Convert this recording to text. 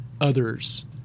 others